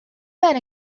men